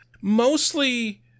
Mostly